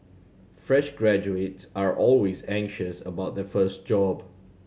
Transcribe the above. fresh graduates are always anxious about their first job